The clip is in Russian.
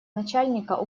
начальника